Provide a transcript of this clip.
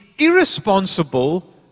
irresponsible